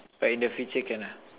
but in the future can ah